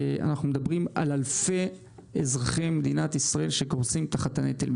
אנחנו מדברים על אלפי אזרחים במדינת ישראל שקורסים תחת הנטל,